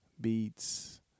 beats